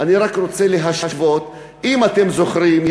אני רק רוצה להשוות: אם אתם זוכרים,